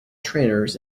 trainers